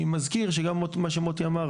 אני מזכיר שגם מה שמוטי אמר,